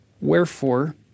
Wherefore